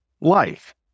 life